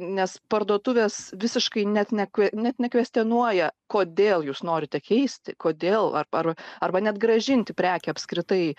nes parduotuvės visiškai net nekve net nekvestionuoja kodėl jūs norite keisti kodėl ar ar arba net grąžinti prekę apskritai